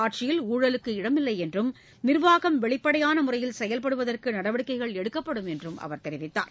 ஆட்சியில் ஊழலுக்கு இடமில்லை என்றும் நிர்வாகம் வெளிப்படையான தமது முறையில் செயல்படுவதற்கு நடவடிக்கைகள் எடுக்கப்படும் என்றும் அவர் கூறினார்